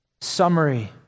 summary